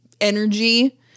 energy